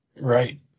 Right